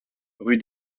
rue